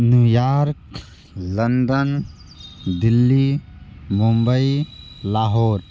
New York London Delhi Mumbai Lahore